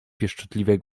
pieszczotliwie